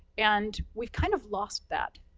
and we've kind of lost that,